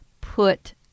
put